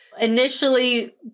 Initially